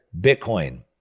Bitcoin